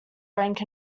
rank